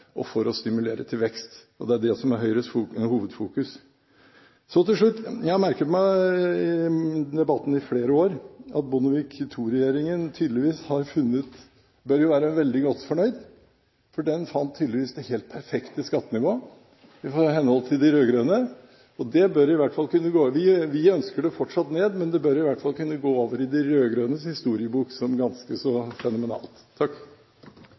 og for å stimulere til vekst, og det er det som er Høyres hovedfokus. Så til slutt: Jeg har merket meg i debatten i flere år at Bondevik II-regjeringen bør være veldig godt fornøyd, for den fant tydeligvis det helt perfekte skattenivå i henhold til de rød-grønne. Vi ønsker fortsatt skattenivået ned, men det bør i hvert fall kunne gå over i de rød-grønnes historiebok som ganske så fenomenalt.